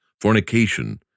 fornication